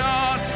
on